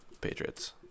Patriots